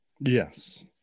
Yes